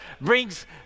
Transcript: brings